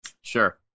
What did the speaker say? Sure